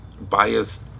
biased